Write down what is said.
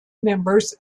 members